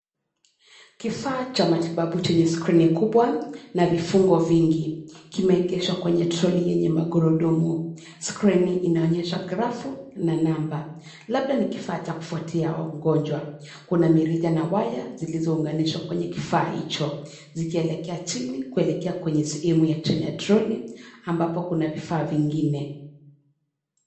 Kifaa cha matibabu chenye skrini kubwa na vifungo vingi, kimeegeshwa kwenye trolley yenye magurudumu. Skrini inaonyesha grafu na namba, labda ni kifaa cha kufuatia mgonjwa. Kuna mirija na waya zilizounganishwa kwenye kifaa hicho, zikielekea chini kuelekea kwenye sehemu ya chini ya trolley ambapo kuna vifaa vingine.